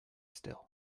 still